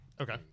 okay